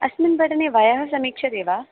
अस्मिन् पठने वयः समीक्षते वा